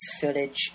footage